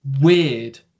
weird